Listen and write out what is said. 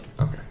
okay